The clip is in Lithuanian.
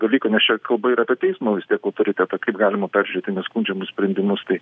dalyką nes čia kalba yra apie teismo vis tiek autoritetą kaip galima peržiūrėti neskundžiamus sprendimus tai